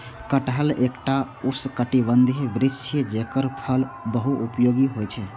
कटहल एकटा उष्णकटिबंधीय वृक्ष छियै, जेकर फल बहुपयोगी होइ छै